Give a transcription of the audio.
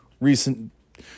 recent